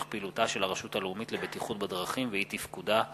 פעילותה של הרשות הלאומית לבטיחות בדרכים ואי-תפקודה,